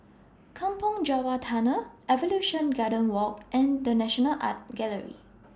Kampong Java Tunnel Evolution Garden Walk and The National Art Gallery